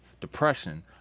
depression